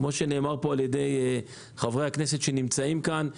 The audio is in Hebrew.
כפי שאמרו חברי הכנסת שנמצאים כאן,